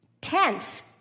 tense